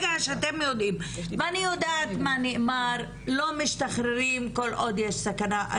אני יודעת מה נאמר, לא משתחררים כל עוד יש סכנה.